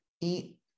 eat